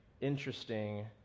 interesting